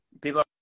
People